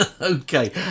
okay